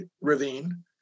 ravine